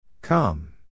come